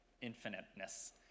infiniteness